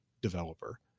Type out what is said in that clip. developer